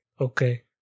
okay